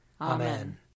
Amen